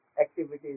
activities